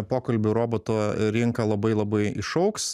pokalbių robotų rinka labai labai išaugs